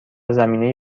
زمینه